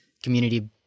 community